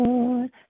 Lord